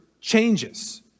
changes